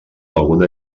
alguna